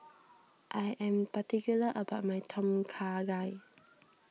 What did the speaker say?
I am particular about my Tom Kha Gai